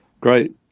great